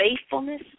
faithfulness